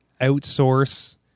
outsource